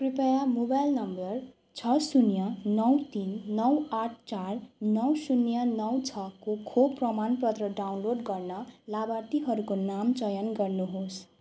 कृपया मोबाइल नम्बर छ शून्य नौ तिन नौ आठ चार नौ शून्य नौ छको खोप प्रमाणपत्र डाउनलोड गर्न लाभार्थीहरूको नाम चयन गर्नुहोस्